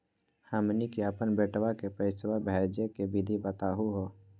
हमनी के अपन बेटवा क पैसवा भेजै के विधि बताहु हो?